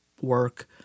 work